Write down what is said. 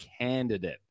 candidate